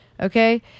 Okay